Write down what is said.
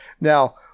Now